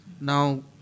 now